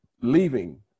Leaving